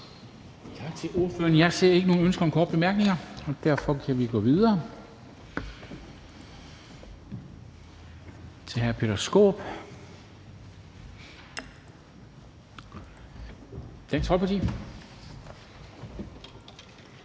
Tak til ordføreren. Jeg ser ikke, at der er nogen ønsker om korte bemærkninger, og derfor kan vi gå videre til hr. Peter Skaarup, Dansk Folkeparti.